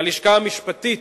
ללשכה המשפטית: